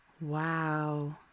Wow